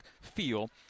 feel